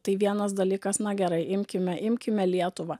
tai vienas dalykas na gerai imkime imkime lietuvą